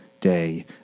day